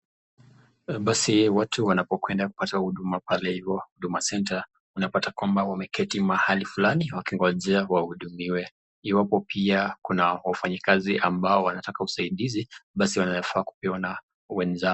Basi watu wanapokwenda kupata huduma pale hivo huduma centre wanapata kwamba wameketi mahali fulani wakingojea wahudumiwe. Iwapo pia kuna wafanyikazi ambao wanataka usaidizi, basi wananufaa kupewana wenzao.